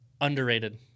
Underrated